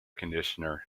conditioner